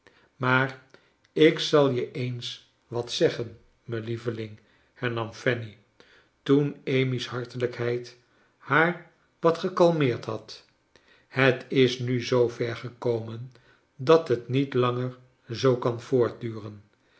maar ik zal je eens wat zeggen mijn lieveling hernam fanny toen amy's hartelijkheid haar wat gekalmeerd had het is nu zoo ver gekomen dat het niet langer zoo kan voortduren